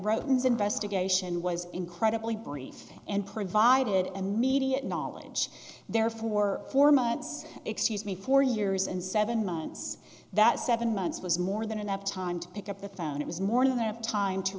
romans investigation was incredibly brief and provided an immediate knowledge there for four months excuse me four years and seven months that seven months was more than enough time to pick up the phone it was more of their time to